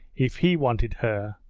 if he wanted her,